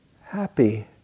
happy